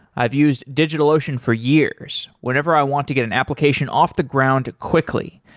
i've used digitalocean for years, whenever i want to get an application off the ground quickly.